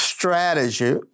Strategy